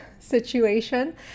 situation